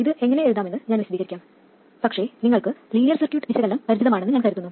ഇത് എങ്ങനെ എഴുതാമെന്ന് ഞാൻ വിശദീകരിക്കാം പക്ഷേ നിങ്ങൾക്ക് ലീനിയർ സർക്യൂട്ട് വിശകലനം പരിചിതമാണെന്ന് ഞാൻ കരുതുന്നു